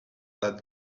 that